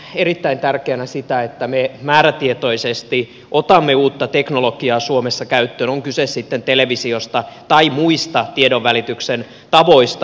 pidän erittäin tärkeänä sitä että me määrätietoisesti otamme uutta teknologiaa suomessa käyttöön on kyse sitten televisiosta tai muista tiedonvälityksen tavoista